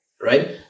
Right